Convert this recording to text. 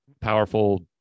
powerful